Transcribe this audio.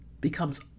becomes